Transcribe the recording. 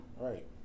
Right